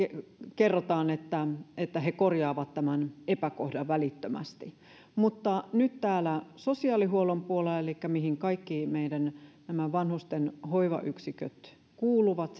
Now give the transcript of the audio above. kerrotaan että että he korjaavat tämän epäkohdan välittömästi mutta nyt täällä sosiaalihuollon puolella mihin kaikki meidän vanhusten hoivayksiköt kuuluvat